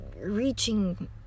reaching